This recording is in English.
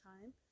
time